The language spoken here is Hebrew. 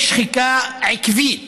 יש שחיקה עקבית